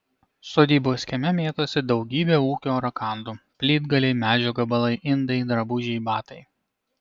sodybos kieme mėtosi daugybė ūkio rakandų plytgaliai medžio gabalai indai drabužiai batai